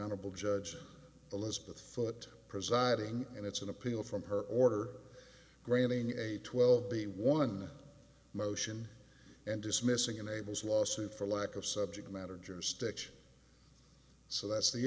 honorable judge elizabeth foote presiding and it's an appeal from her order granting a twelve b one motion and dismissing enables lawsuit for lack of subject matter jurisdiction so that's the